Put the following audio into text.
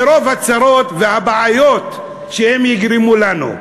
מרוב הצרות והבעיות שהם יגרמו לנו.